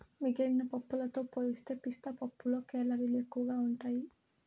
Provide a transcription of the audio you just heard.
మిగిలిన పప్పులతో పోలిస్తే పిస్తా పప్పులో కేలరీలు ఎక్కువగా ఉంటాయి